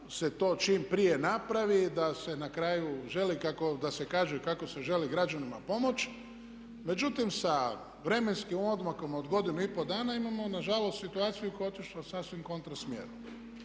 da se to čim prije napravi, da se na kraju želi kako da se kaže kako se želi građanima pomoći. Međutim, sa vremenskim odmakom od godinu i pol dana imamo na žalost situaciju koja je otišla u sasvim kontra smjeru.